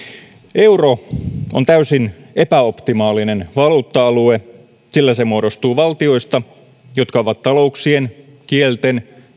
euro on täysin epäoptimaalinen valuutta alue sillä se muodostuu valtioista jotka ovat talouksien kielten